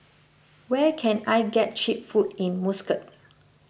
where can I get Cheap Food in Muscat